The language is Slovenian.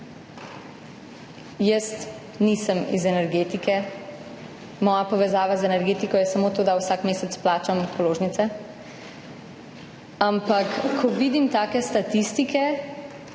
Jaz nisem iz energetike, moja povezava z energetiko je samo to, da vsak mesec plačam položnice, ampak ko vidim take statistike,